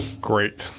Great